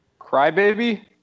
Crybaby